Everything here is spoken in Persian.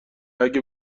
اگه